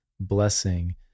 blessing